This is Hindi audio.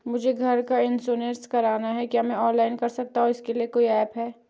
मुझे घर का इन्श्योरेंस करवाना है क्या मैं ऑनलाइन कर सकता हूँ इसके लिए कोई ऐप है?